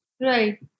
Right